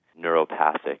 neuropathic